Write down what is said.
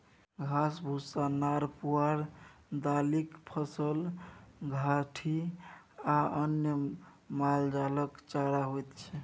घास, भुस्सा, नार पुआर, दालिक फसल, घाठि आ अन्न मालजालक चारा होइ छै